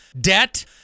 debt